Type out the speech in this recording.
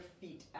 feet